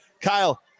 Kyle